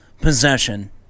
possession